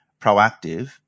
proactive